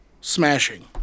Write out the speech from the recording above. smashing